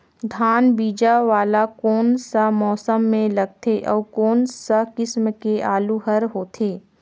धान बीजा वाला कोन सा मौसम म लगथे अउ कोन सा किसम के आलू हर होथे?